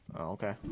Okay